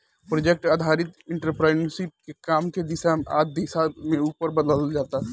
project आधारित entrepreneurship के काम के दिशा आ दशा के उपर बदलल जाला